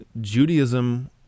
Judaism